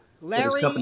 Larry